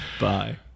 Bye